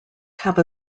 have